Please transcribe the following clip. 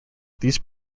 these